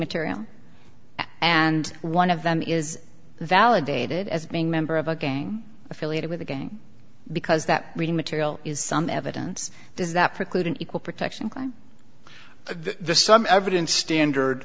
material and one of them is validated as being member of a gang affiliated with a gang because that reading material is some evidence does that preclude an equal protection crime there's some evidence standard